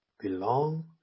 belong